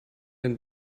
den